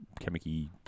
chemicky